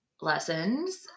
lessons